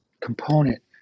component